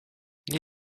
nie